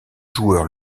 joueur